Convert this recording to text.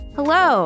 Hello